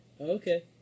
Okay